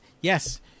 yes